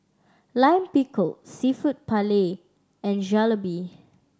Lime Pickle Seafood Paella and Jalebi